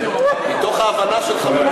מתוך ההבנה שלך בנושא,